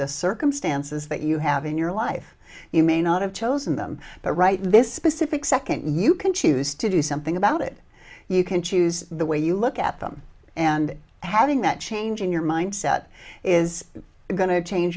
the circumstances that you have in your life you may not have chosen them but right this specific second you can choose to do something about it you can choose the way you look at them and having that change in your mindset is going to change